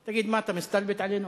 תגיד, מה, אתה מסתלבט עלינו?